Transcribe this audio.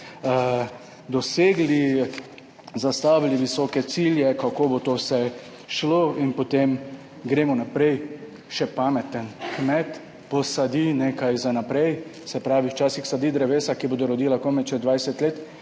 dosegli, zastavili visoke cilje, kako bo to vse šlo, in potem gremo naprej. Še pameten kmet posadi nekaj za naprej, se pravi, včasih sadi drevesa, ki bodo rodila komaj čez 20 let,